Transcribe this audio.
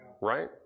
right